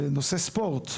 בנושא ספורט.